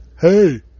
Hey